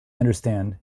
understand